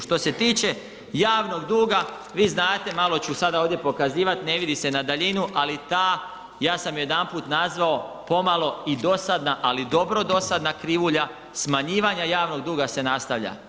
Što se tiče javnog duga, vi znate malo ću sada ovdje pokazivati, ne vidi se na daljinu, ali ta ja sam jedanput nazvao pomalo i dosadna, ali dobro dosadna krivulja smanjivanje javnog duga se nastavlja.